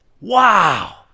Wow